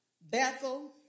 Bethel